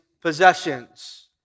possessions